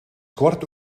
kwart